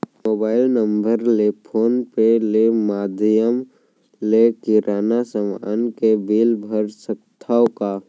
Mobile number ले phone पे ले माधयम ले किराना समान के बिल भर सकथव का?